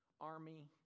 army